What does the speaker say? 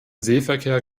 seeverkehr